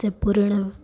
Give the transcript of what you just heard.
જે પૂર્ણ